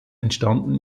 entstanden